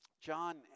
John